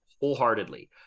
wholeheartedly